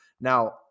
Now